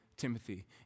Timothy